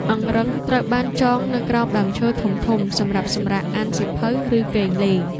អង្រឹងត្រូវបានចងនៅក្រោមដើមឈើធំៗសម្រាប់សម្រាកអានសៀវភៅ ឬគេងលេង។